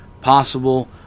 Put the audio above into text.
possible